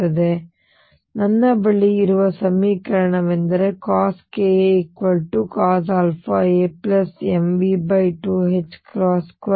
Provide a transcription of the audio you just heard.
ಆದ್ದರಿಂದ ನನ್ನ ಬಳಿ ಇರುವ ಸಮೀಕರಣವೆಂದರೆCoskaCosαamV22α Sinαa